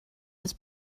his